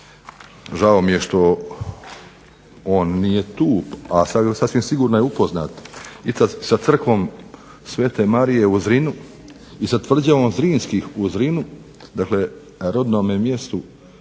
žao mi je što on nije tu, ali sasvim sigurno je upoznat i sa crkvom sv. Marije u Zrinu i sa tvrđavom Zrinskih u Zrinu. Dakle, rodnome mjestu